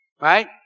right